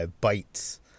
bites